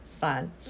fun